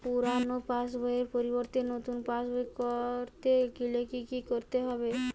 পুরানো পাশবইয়ের পরিবর্তে নতুন পাশবই ক রতে গেলে কি কি করতে হবে?